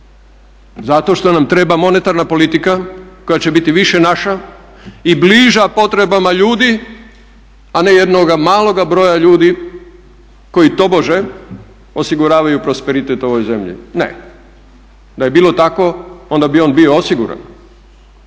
zato što nam treba monetarna politika koja će biti više naša i bliža potrebama ljudi, a ne jednoga maloga broja ljudi koji tobože osiguravaju prosperitet ovoj zemlji. Ne. Da je bilo tako onda bi on bio osiguran,